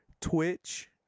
Twitch